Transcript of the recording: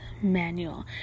manual